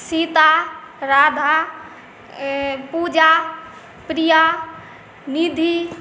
Sita Radha Puja Priya Nidhi